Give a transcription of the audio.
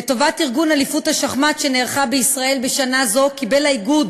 לטובת ארגון אליפות השחמט שנערכה בישראל בשנה זו קיבל האיגוד